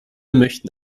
möchten